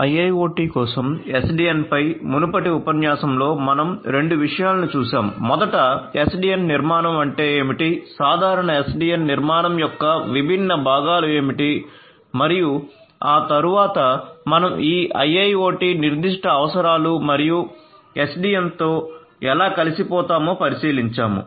IIoT కోసం SDN పై మునుపటి ఉపన్యాసంలో మనం 2 విషయాలను చూశాము మొదట SDN నిర్మాణం అంటే ఏమిటి సాధారణ SDN నిర్మాణం యొక్క విభిన్న భాగాలు ఏమిటి మరియు ఆ తరువాత మనం ఈ IIoT నిర్దిష్ట అవసరాలు మరియు SDN తో ఎలా కలిసిపోతామో పరిశీలించాము